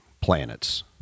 planets